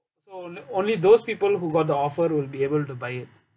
so only only those people who got the offer will be able to buy it